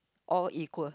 all equal